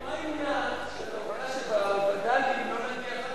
מה ימנע את העובדה שבווד"לים לא נגיע,